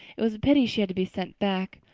it was a pity she had to be sent back.